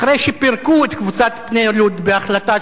אחרי שפירקו את קבוצת "בני לוד" בהחלטה